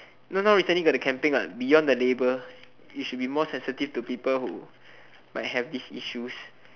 you know now recently got the campaign what beyond the label you should be more sensitive to people who might have these issues